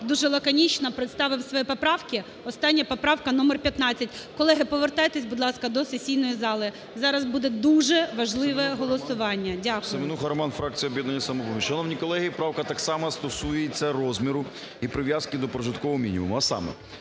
дуже лаконічно представив свої поправки. Остання поправка номер 15. Колеги, повертайтесь, будь ласка, до сесійної зали, зараз буде дуже важливе голосування. Дякую. 10:57:58 СЕМЕНУХА Р.С. Семенуха Роман, фракція "Об'єднання "Самопоміч". Шановні колеги, правка так само стосується розміру і прив'язки до прожиткового мінімуму,